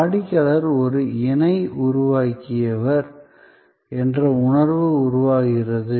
வாடிக்கையாளர் ஒரு இணை உருவாக்கியவர் என்ற உணர்வு உருவாகிறது